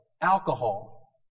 alcohol